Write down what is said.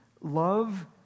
Love